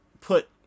put